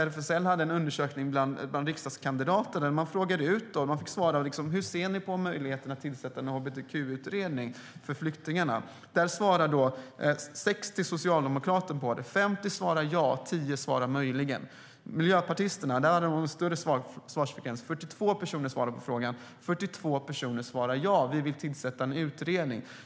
RFSL gjorde en undersökning bland riksdagskandidater som fick svara på frågan: Hur ser ni på möjligheten att tillsätta en hbtq-utredning för flyktingarna? 60 socialdemokrater svarade. 50 svarade "ja" och 10 svarade "möjligen". Miljöpartiet hade större svarsfrekvens. 42 personer svarade på frågan, och 42 personer svarade: Ja, vi vill tillsätta en utredning.